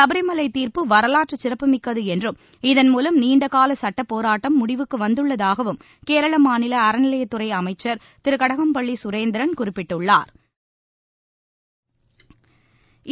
சபரிமலை தீர்ப்பு வரலாற்று சிறப்புமிக்கது என்றும் இதன்மூலம் நீண்டகால சட்டப்போராட்டம் முடிவுக்கு வந்துள்ளதாகவும் கேரள மாநில அறநிலையத் துறை அமைச்ச் திரு கடகம்பள்ளி சுரேந்திரன் குறிப்பிட்டுள்ளா்